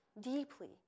deeply